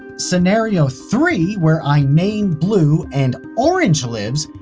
scenario three, where i name blue and orange lives,